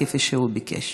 כפי שהוא ביקש.